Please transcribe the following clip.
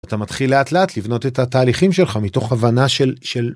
אתה מתחיל לאט לאט לבנות את התהליכים שלך מתוך הבנה של של.